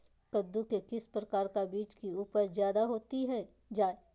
कददु के किस प्रकार का बीज की उपज जायदा होती जय?